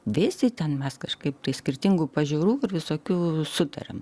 dėsi ten ar kažkaip tai skirtingų pažiūrų ir visokių sutariam